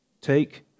Take